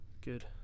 Good